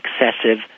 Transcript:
excessive